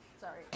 sorry